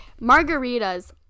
Margaritas